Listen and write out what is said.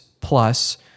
plus